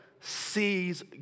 sees